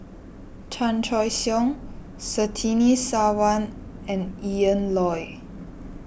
Chan Choy Siong Surtini Sarwan and Ian Loy